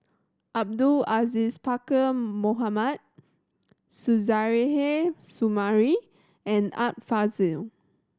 Abdul Aziz Pakkeer Mohamed Suzairhe Sumari and Art Fazil